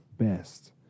best